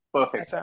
Perfect